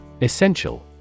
Essential